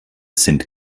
sind